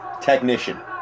technician